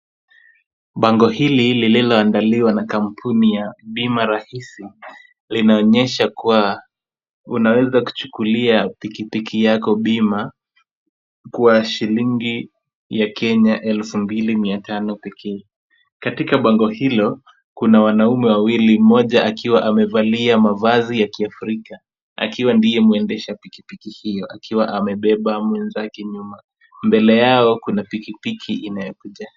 Bango hili lililoandaliwa na kampuni ya bima rahisi linaonyesha kuwa unaweza kuchukulia pikipiki yako bima kwa shilingi ya Kenya elfu mbili mia tano pekee. Katika bango hilo ,kuna wanaume wawili mmoja akiwa amevalia mavazi ya kiafrika akiwa ndiye mwendesha pikipiki hiyo akiwa amebeba mwenzake nyuma, mbele yao kuna pikipiki inayokuja.